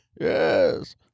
yes